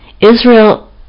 Israel